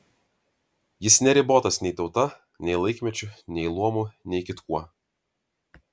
jis neribotas nei tauta nei laikmečiu nei luomu nei kitkuo